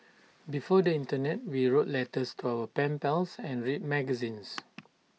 before the Internet we wrote letters to our pen pals and read magazines